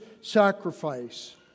sacrifice